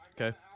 Okay